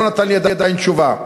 לא נתן לי עדיין תשובה.